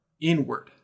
inward